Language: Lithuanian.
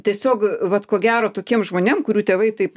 tiesiog vat ko gero tokiem žmonėm kurių tėvai taip